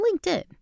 LinkedIn